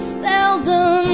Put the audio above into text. seldom